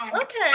okay